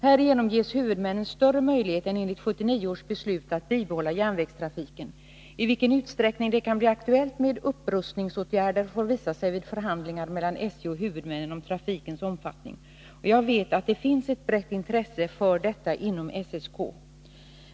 Härigenom ges huvudmännen större möjlighet än enligt 1979 års beslut att bibehålla järnvägstrafiken. I vilken utsträckning det kan bli aktuellt med upprustningsåtgärder får visa sig vid förhandlingar mellan SJ och huvudmännen om trafikens omfattning. Jag vet att det finns ett brett intresse för detta inom SSK.